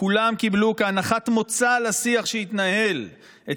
"כולם קיבלו כהנחת מוצא לשיח שהתנהל את